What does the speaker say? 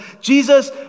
Jesus